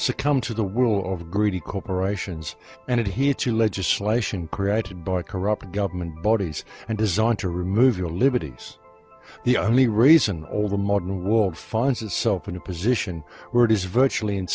succumb to the will of greedy corporations and it hits you legislation created by corrupt government bodies and designed to remove your liberties the only reason all the modern world finds itself in a position where it is virtually